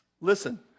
listen